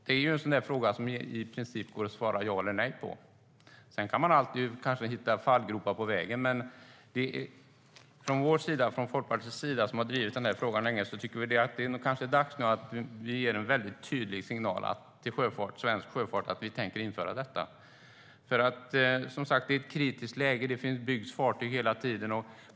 Det är en fråga som det i princip går att besvara med ett ja eller nej. Man kan säkert hitta fallgropar på vägen, men vi i Folkpartiet, som har drivit denna fråga länge, tycker att det nu är dags att vi ger en tydlig signal till svensk sjöfart om att vi tänker införa tonnageskatt. Det är som sagt ett kritiskt läge, och det byggs fartyg hela tiden.